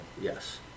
yes